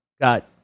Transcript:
got